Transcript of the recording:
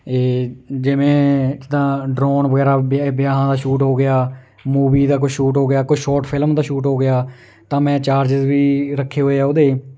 ਇਹ ਜਿਵੇਂ ਜਿੱਦਾਂ ਡਰੋਨ ਵਗੈਰਾ ਵਿ ਵਿਆਹਾਂ ਦਾ ਸ਼ੂਟ ਹੋ ਗਿਆ ਮੂਵੀ ਦਾ ਕੋਈ ਸ਼ੂਟ ਹੋ ਗਿਆ ਕੁਛ ਸ਼ੋਟ ਫਿਲਮ ਦਾ ਸ਼ੂਟ ਹੋ ਗਿਆ ਤਾਂ ਮੈਂ ਚਾਰਜਿਸ ਵੀ ਰੱਖੇ ਹੋਏ ਆ ਉਹਦੇ